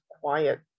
quiet